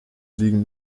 liegen